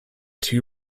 two